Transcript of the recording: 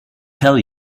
tell